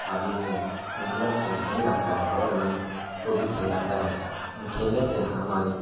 آدمی کے سنتولن کو صحیح رکھتا ہے اور من کو بھی صحیح رکھتا ہے کھیلنے سے ہماری